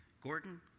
Gordon